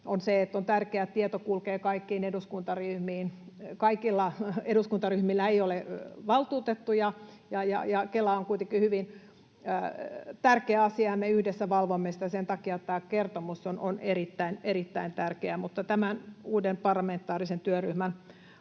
on tärkeää, että tieto kulkee kaikkiin eduskuntaryhmiin. Kaikilla eduskuntaryhmillä ei ole valtuutettuja, ja Kela on kuitenkin hyvin tärkeä asia, ja me yhdessä valvomme sitä. Sen takia tämä kertomus on erittäin, erittäin tärkeä. Mutta tämän uuden parlamentaarisen työryhmän